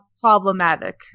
problematic